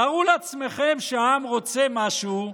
תארו לעצמכם שהעם רוצה משהו,